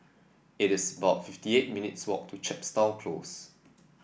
it is about fifty eight minutes' walk to Chepstow Close